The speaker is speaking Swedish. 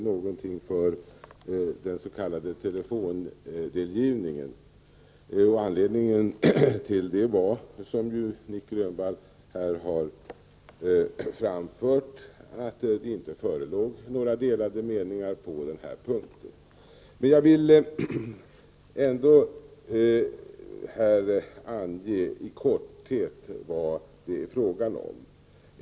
Herr talman! Jag redogjorde inte i mitt första inlägg för telefondelgivningen. Anledningen till det var, som Nic Grönvall sade, att det i utskottet inte förelåg några delade meningar på denna punkt. Jag vill ändå i korthet ange vad det är fråga om.